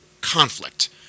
conflict